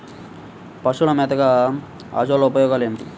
పశువుల మేతగా అజొల్ల ఉపయోగాలు ఏమిటి?